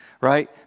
right